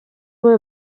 were